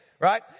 Right